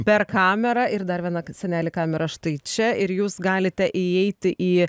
per kamerą ir dar viena seneli kamera štai čia ir jūs galite įeiti į